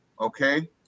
Okay